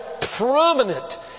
prominent